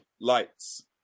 lights